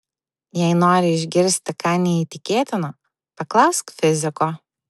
jei nori išgirsti ką neįtikėtino paklausk fiziko